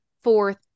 fourth